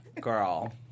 Girl